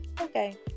okay